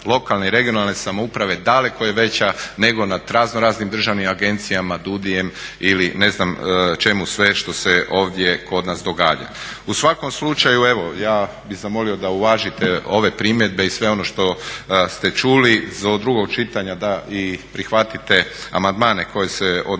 lokalne i regionalne samouprave daleko je veća nego nad razno raznim državnim agencijama DUDI-jem ili ne znam čemu sve što se kod nas događa. U svakom slučaju evo, ja bih zamolio da uvažite ove primjedbe i sve ono što ste čuli. Do drugog čitanja da i prihvatite amandmane koji se odnose